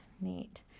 Neat